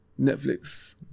Netflix